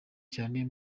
cyane